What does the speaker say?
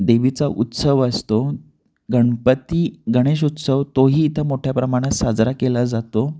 देवीचा उत्सव असतो गणपती गणेश उत्सव तोही इथं मोठ्या प्रमाणात साजरा केला जातो